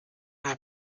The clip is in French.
vous